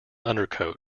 undercoat